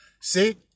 See